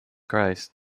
christ